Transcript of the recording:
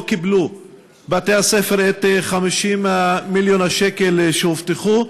קיבלו בתי-הספר את 50 מיליון השקל שהובטחו,